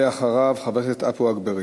ואחריו, חבר הכנסת עפו אגבאריה.